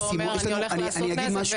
אני הולך לעשות נזק,